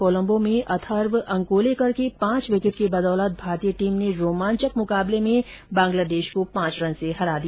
कोलंबो में अथर्व अंकोलेकर के पांच विकेट की बदौलते भारतीय टीम ने रोमांचक फाइनल मुकाबले में बांग्लादेश को पांच रन से हराया